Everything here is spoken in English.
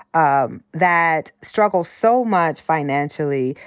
um that struggles so much financially.